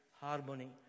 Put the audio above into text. harmony